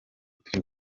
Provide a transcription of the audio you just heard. turi